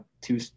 two